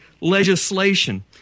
legislation